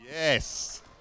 Yes